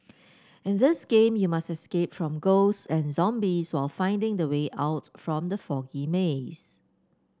in this game you must escape from ghosts and zombies while finding the way out from the foggy maze